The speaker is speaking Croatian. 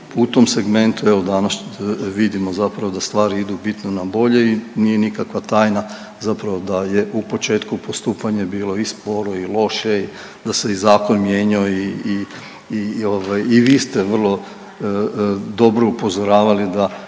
u tom segmentu, evo danas vidimo zapravo da stvari idu bitno na bolje i nije nikakva tajna zapravo da je u početku postupanje bilo i sporo i loše, da se i zakon mijenjao i ovaj vi ste vrlo dobro upozoravali da